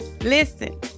Listen